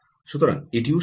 সুতরাং এটিও সম্ভব